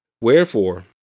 Wherefore